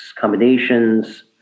combinations